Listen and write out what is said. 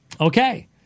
Okay